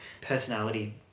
Personality